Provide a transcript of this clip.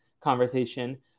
conversation